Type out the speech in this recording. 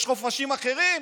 יש חופשים אחרים,